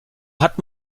hat